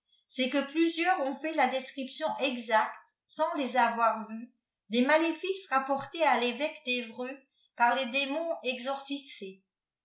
c'est que plusieurs ont fait la description exacte sans les avoir vus des maléfices rapportés k révéque d'evreux par les démons exorcisés